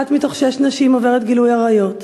אחת מתוך שש נשים עוברת גילוי עריות.